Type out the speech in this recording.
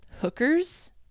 hookers